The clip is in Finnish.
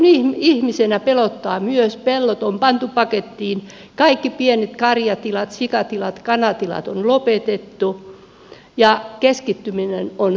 maaseudun ihmisenä pelottaa myös että pellot on pantu pakettiin kaikki pienet karjatilat sikatilat kanatilat on lopetettu ja keskittyminen on käymässä